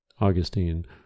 Augustine